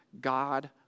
God